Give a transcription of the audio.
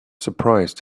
surprised